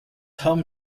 home